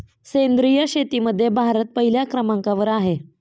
सेंद्रिय शेतीमध्ये भारत पहिल्या क्रमांकावर आहे